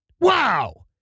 Wow